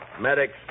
Medics